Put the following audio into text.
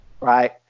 right